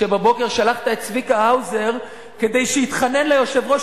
שבבוקר שלחת את צביקה האוזר כדי שיתחנן ליושב-ראש,